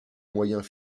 moyens